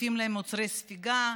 מחליפים להם מוצרי ספיגה,